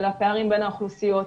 של הפערים בין האוכלוסיות,